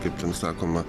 kaip ten sakoma